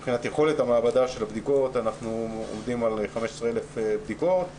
יש יכולת לבצע במעבדה 15,000 בדיקות ביום.